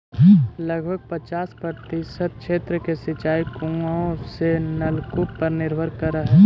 लगभग पचास प्रतिशत क्षेत्र के सिंचाई कुआँ औ नलकूप पर निर्भर करऽ हई